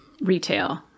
retail